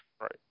Right